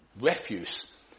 refuse